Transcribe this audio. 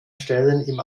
stellen